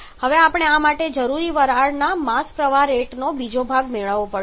હવે આપણે આ માટે જરૂરી વરાળના માસ પ્રવાહ રેટનો બીજો ભાગ મેળવવો પડશે